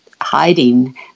hiding